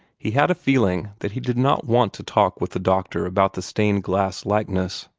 he had a feeling that he did not want to talk with the doctor about the stained-glass likeness.